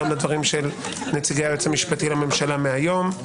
גם לדברים של נציגי היועץ המשפטי לממשלה מהיום.